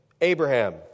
Abraham